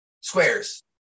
squares